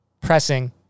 pressing